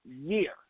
year